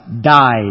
died